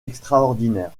extraordinaire